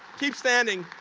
keep standing.